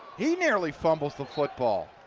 he nearly fumbles the football.